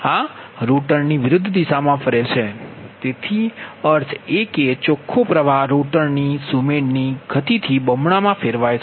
આ રોટરની વિરુદ્ધ દિશામાં ફરે છે તેનો અર્થ એ કે ચોખ્ખો પ્રવાહ રોટરની સુમેળ ની ગતિથી બમણો ફેરવાય છે